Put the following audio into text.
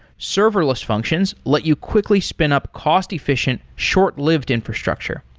serverless functions let you quickly spin-up cost-efficient, short-lived infrastructure.